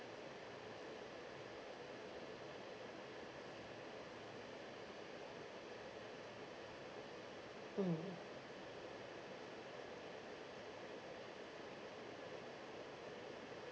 mm